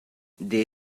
they